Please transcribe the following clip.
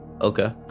Okay